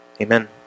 amen